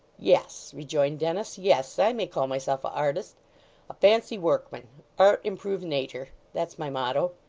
yes, rejoined dennis yes i may call myself a artist a fancy workman art improves natur' that's my motto